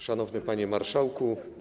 Szanowny Panie Marszałku!